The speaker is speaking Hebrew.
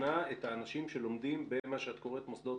האנשים שלומדים במה שאת קוראת "מוסדות